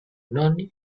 non